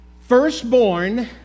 Firstborn